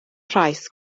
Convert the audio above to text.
price